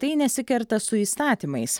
tai nesikerta su įstatymais